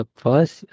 first